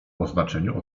oznaczeniu